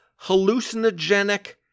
hallucinogenic